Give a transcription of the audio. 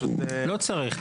לא צריך,